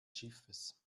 schiffes